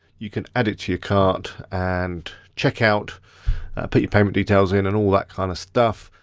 you can add it to your cart and checkout, put your payment details in and all that kind of stuff.